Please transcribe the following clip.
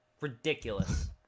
Ridiculous